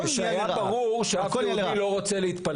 אתם הרבה ויש כאן עוד גופים שאנחנו רוצים לשמוע.